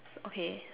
okay